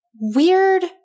weird